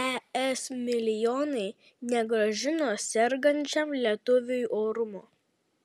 es milijonai negrąžino sergančiam lietuviui orumo